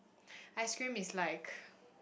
ice-cream is like